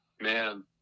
Man